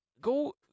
Go